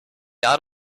out